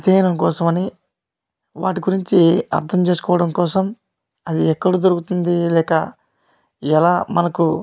అధ్యయనం కోసం అని వాటి గురించి అర్థం చేసుకోవడం కోసం అది ఎక్కడ దొరుకుతుంది లేక ఎలా మనకు